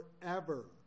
forever